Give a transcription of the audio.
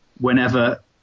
whenever